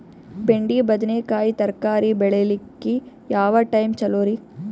ಬೆಂಡಿ ಬದನೆಕಾಯಿ ತರಕಾರಿ ಬೇಳಿಲಿಕ್ಕೆ ಯಾವ ಟೈಮ್ ಚಲೋರಿ?